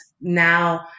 now